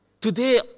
Today